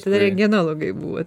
tada rentgenologai buvo